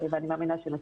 ואני מאמינה שנצליח,